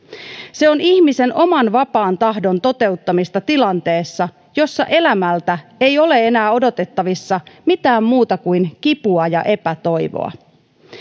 se on ihmisen oman vapaan tahdon toteuttamista tilanteessa jossa elämältä ei ole enää odotettavissa mitään muuta kuin kipua ja epätoivoa